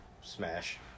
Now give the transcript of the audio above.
Smash